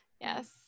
Yes